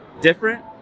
different